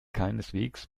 keineswegs